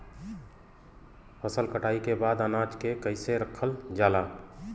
फसल कटाई के बाद अनाज के कईसे रखल जाला?